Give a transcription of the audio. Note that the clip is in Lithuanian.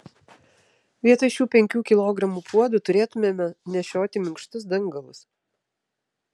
vietoj šių penkių kilogramų puodų turėtumėme nešioti minkštus dangalus